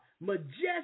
majestic